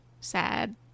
sad